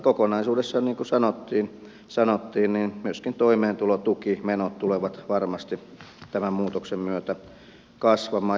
kokonaisuudessaan niin kuin sanottiin myöskin toimeentulotukimenot tulevat varmasti tämän muutoksen myötä kasvamaan